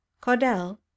Caudel